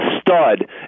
stud